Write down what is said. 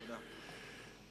תודה.